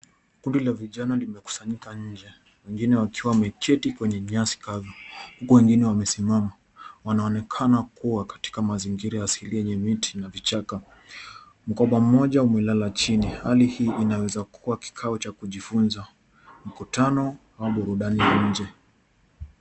Kundi la vijana limekusanyika nje, wengine wakiwa wameketi kwenye nyasi kavu ,huku wengine wamesimama. Wanaonekana kuwa katika mazingira ya asilia yenye miti na vichaka. Mkoba mmoja umelala chini ,hali hii inaweza kuwa kikao cha kujifunza, mkutano wa burudani nje.